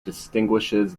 distinguishes